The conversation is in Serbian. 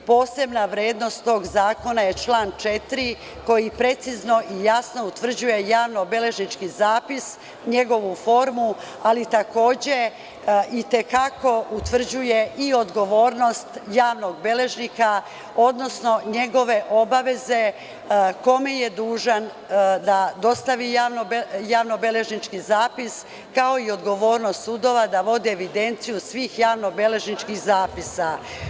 Posebna vrednost tog zakona je član 4. koji precizno i jasno utvrđuje javnobeležnički zapis, njegovu formu, ali takođe i te kako utvrđuje i odgovornost javnog beležnika, odnosno njegove obaveze kome je dužan da dostavi javnobeležnički zapis, kao i odgovornost sudova da vode evidenciju svih javnobeležničkih zapisa.